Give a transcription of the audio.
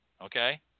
Okay